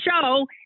show